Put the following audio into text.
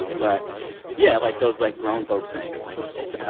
but yeah. like, those, like, grown folks things like, it's, ah